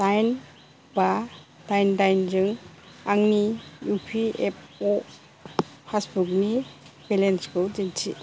दाइन बा दाइन दाइन जों आंनि इउ पि एफ अ पासबुकनि बेलेन्सखौ दिन्थि